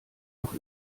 noch